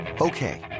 Okay